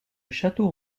château